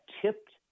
tipped